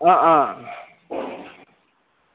অ অ